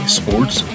sports